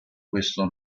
questo